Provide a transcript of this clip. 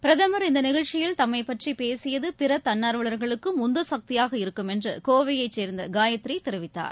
பிரதமர் இந்தநிகழ்ச்சியில் தம்மைபற்றிபேசியதபிறதன்னார்வலர்களுக்கும் உந்துசக்தியாக இருக்கும் என்றுகோவையைசேர்ந்தகாயத்ரிதெரிவித்தார்